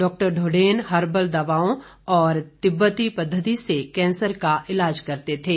doctor Dhonden herbal दवाओं और तिब्बती पद्वति से कैंसर का ईलाज करते थे